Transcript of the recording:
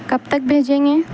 کب تک بھیجیں گے